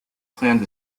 planned